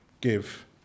give